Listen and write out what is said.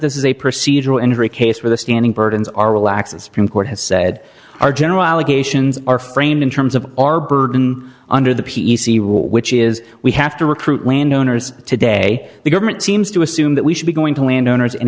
this is a procedural in every case where the standing burdens are relaxes from court has said our general allegations are framed in terms of our burden under the p e c which is we have to recruit landowners today the government seems to assume that we should be going to landowners and